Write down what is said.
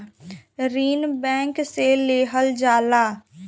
ऋण बैंक से लेहल जाला